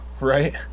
right